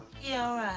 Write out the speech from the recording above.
you